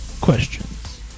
questions